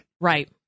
Right